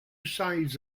sides